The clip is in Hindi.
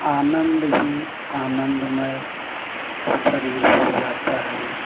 आनंद ही आनंदमय शरीर हो जाता है